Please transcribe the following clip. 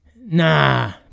Nah